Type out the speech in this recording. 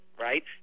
right